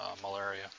malaria